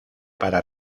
para